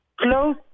close